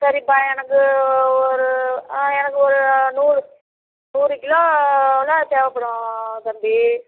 சரிப்பா எனக்கு ஒரு எனக்கு ஒரு நூறு நூறு கிலோ அவ்வளோ தேவைப்படும் தம்பி